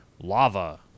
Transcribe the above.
lava